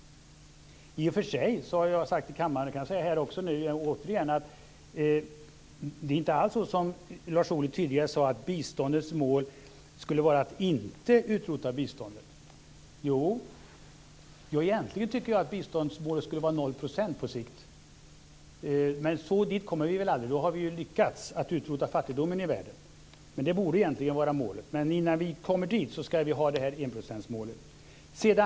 I och för sig har jag sagt till kammaren tidigare, och det kan jag säga återigen, att det inte alls är så som Lars Ohly tidigare sade, att biståndets mål inte skulle vara att utrota biståndet. Jo, egentligen tycker jag att biståndsmålet skulle vara 0 % på sikt. Men dit kommer vi väl aldrig. Då skulle vi ha lyckats att utrota fattigdomen i världen. Det borde egentligen vara målet, men innan vi kommer dit ska vi ha det här enprocentsmålet.